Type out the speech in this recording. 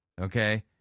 Okay